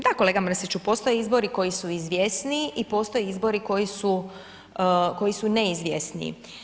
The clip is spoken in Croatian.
Da, kolega Mrsiću, postoj izbori koji su izvjesniji i postoje izbori koji su neizvjesniji.